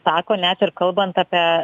sako net ir kalbant apie